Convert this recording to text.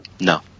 No